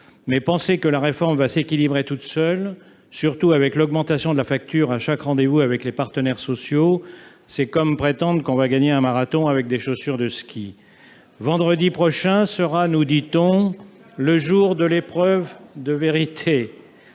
Penser que la réforme va s'équilibrer toute seule, surtout avec l'augmentation de la facture à chaque rendez-vous avec les partenaires sociaux, c'est comme prétendre que l'on va gagner un marathon avec des chaussures de ski. Vendredi prochain sera, nous dit-on, le jour de l'épreuve de vérité.